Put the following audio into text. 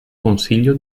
consiglio